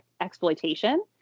exploitation